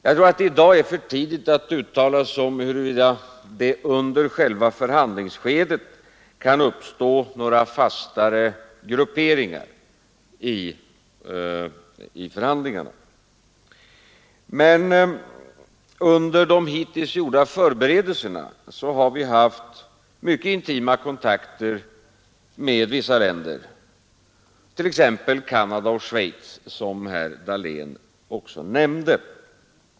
Jag tror att det i dag är för tidigt att uttala sig om huruvida det under själva förhandlingsskedet kan uppstå några fastare grupperingar i förhandlingarna. Men under de hittills gjorda förberedelserna har vi haft mycket intima kontakter med vissa länder, t.ex. Canada och Schweiz, som herr Dahlén också 93 nämnde.